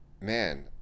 man